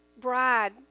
bride